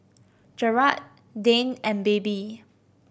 Jerad Dane and Baby